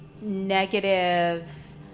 negative